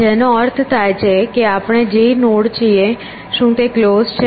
જેનો અર્થ થાય છે કે આપણે જે નોડ છીએ તે શું ક્લોઝ છે